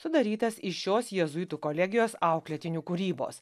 sudarytas iš šios jėzuitų kolegijos auklėtinių kūrybos